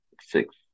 six